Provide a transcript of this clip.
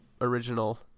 original